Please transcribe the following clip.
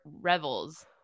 revels